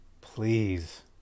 Please